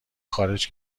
خارج